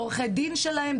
עורכי הדין שלהם,